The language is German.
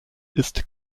ist